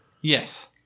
Yes